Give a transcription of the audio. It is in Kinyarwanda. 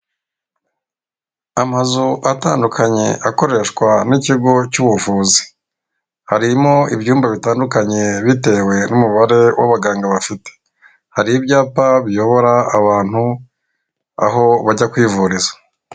Amazu atandukanye akoreshwa n'ikigo cy'ubuvuzi, harimo ibyumba bitandukanye bitewe n'umubare w'abaganga bafite, hari ibyapa biyobora abantu aho bajya kwivuriza.